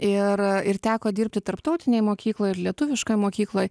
ir ir teko dirbti tarptautinėj mokykloj ir lietuviškoj mokykloj